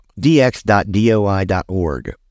dx.doi.org